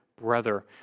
brother